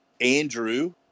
Andrew